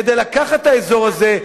כדי לקחת את האזור הזה,